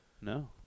No